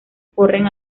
corren